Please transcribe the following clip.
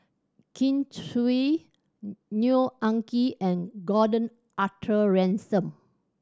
Kin Chui Neo Anngee and Gordon Arthur Ransome